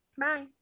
bye